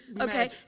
Okay